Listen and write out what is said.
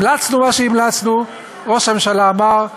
המלצנו מה שהמלצנו, ראש הממשלה אמר: